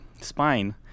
spine